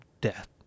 death